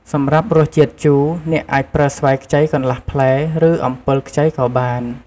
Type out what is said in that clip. សម្រាប់រសជាតិជូរ អ្នកអាចប្រើស្វាយខ្ចីកន្លះផ្លែ ឬអំពិលខ្ចីក៏បាន។